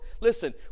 Listen